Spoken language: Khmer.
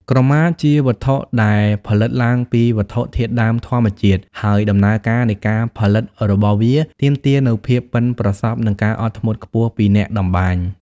ក្រមាជាវត្ថុដែលផលិតឡើងពីវត្ថុធាតុដើមធម្មជាតិ ហើយដំណើរការនៃការផលិតរបស់វាទាមទារនូវភាពប៉ិនប្រសប់ និងការអត់ធ្មត់ខ្ពស់ពីអ្នកតម្បាញ។